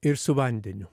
ir su vandeniu